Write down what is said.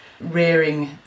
rearing